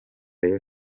rayon